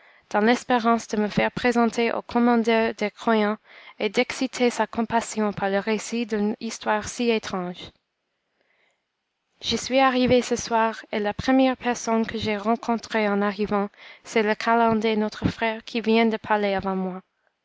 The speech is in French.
dans l'espérance de me faire présenter au commandeur des croyants et d'exciter sa compassion par le récit d'une histoire si étrange j'y suis arrivé ce soir et la première personne que j'ai rencontrée en arrivant c'est le calender notre frère qui vient de parler avant moi